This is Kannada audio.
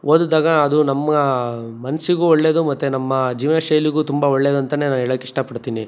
ಓದಿದಾಗ ಅದು ನಮ್ಮ ಮನಸಿಗೂ ಒಳ್ಳೇದು ಮತ್ತು ನಮ್ಮ ಜೀವನಶೈಲಿಗು ತುಂಬ ಒಳ್ಳೆದಂತ ನಾನು ಹೇಳಕ್ ಇಷ್ಟಪಡ್ತೀನಿ